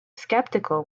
skeptical